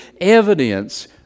evidence